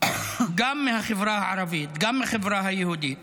גם מהחברה הערבית וגם מהחברה היהודית,